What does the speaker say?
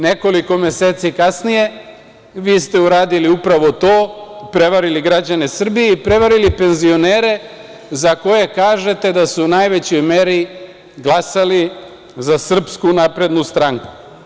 Nekoliko meseci kasnije vi ste uradili upravo to, prevarili građane Srbije i prevarili penzionere za koje kažete da su u najvećoj meri glasali za SNS.